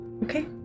Okay